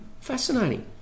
Fascinating